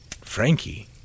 Frankie